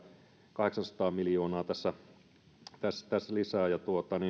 kahdeksansataa miljoonaa tässä lisää